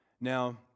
Now